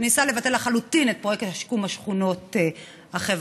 ניסה לבטל לחלוטין את פרויקט שיקום השכונות החברתי.